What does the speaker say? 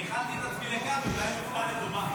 אני הכנתי את עצמי לקרעי, אולי אני אופתע לטובה.